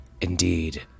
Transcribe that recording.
Indeed